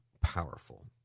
powerful